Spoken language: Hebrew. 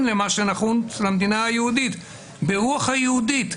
למה שנחוץ למדינה היהודית ברוח היהודית,